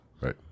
right